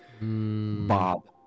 Bob